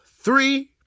three